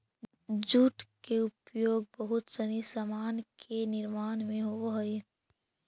jute के उपयोग बहुत सनी सामान के निर्माण में होवऽ हई